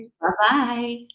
Bye-bye